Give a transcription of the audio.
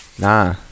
Nah